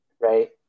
right